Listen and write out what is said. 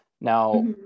now